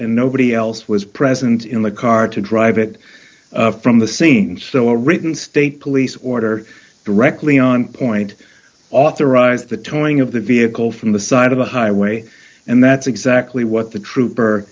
and nobody else was present in the car to drive it from the scene so a written state police order directly on point authorized the two knowing of the vehicle from the side of the highway and that's exactly what the trooper